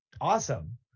awesome